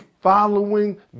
following